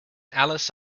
alice